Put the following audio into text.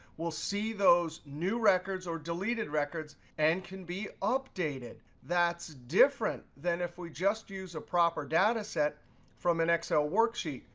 we'll see those new records or deleted records and can be updated. that's different than if we just use a proper data set from an excel worksheet.